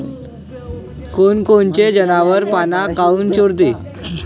कोनकोनचे जनावरं पाना काऊन चोरते?